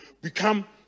become